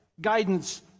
guidance